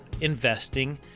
investing